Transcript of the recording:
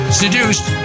seduced